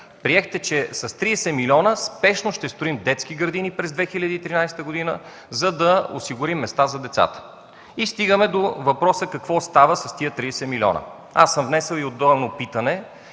приехте, че с 30 милиона спешно ще строим детски градини през 2013 г., за да осигурим места за децата. И стигаме до въпроса: какво става с тези 30 милиона? Аз съм внесъл отделно питане.